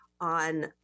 on